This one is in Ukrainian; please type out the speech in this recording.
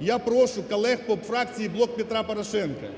Я прошу колег по фракції "Блок Петра Порошенка":